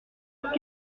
leurs